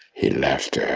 he left ah